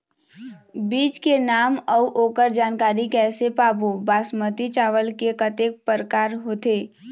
बीज के नाम अऊ ओकर जानकारी कैसे पाबो बासमती चावल के कतेक प्रकार होथे?